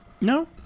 No